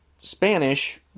Spanish